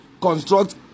construct